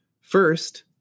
First